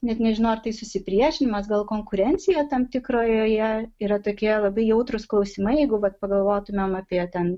net nežinau ar tai susipriešinimas gal konkurencija tam tikroje yra tokie labai jautrūs klausimai jeigu vat pagalvotumėm apie ten